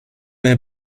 may